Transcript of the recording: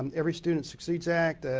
um every student succeeds act,